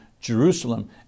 Jerusalem